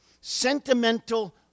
sentimental